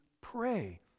pray